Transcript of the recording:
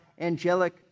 angelic